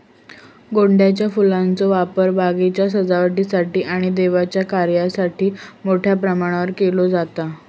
गोंड्याच्या फुलांचो वापर बागेच्या सजावटीसाठी आणि देवाच्या कार्यासाठी मोठ्या प्रमाणावर केलो जाता